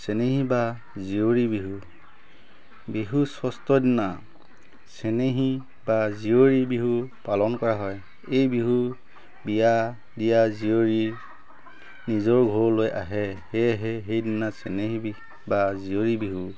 চেনেহী বা জীয়ৰী বিহু বিহুৰ ষষ্ঠদিনা চেনেহী বা জীয়ৰী বিহু পালন কৰা হয় এই বিহু বিয়া দিয়া জীয়ৰী নিজৰ ঘৰলৈ আহে সেয়েহে সেইদিনা চেনেহী বা জীয়ৰী বিহু